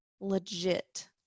legit